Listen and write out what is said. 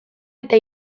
eta